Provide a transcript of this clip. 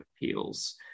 appeals